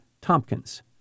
Tompkins